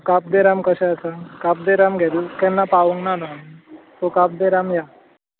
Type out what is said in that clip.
काब दे राम कशें वसप काब दे राम गेल केन्ना पावूंक ना नी हांव सो काब के राम या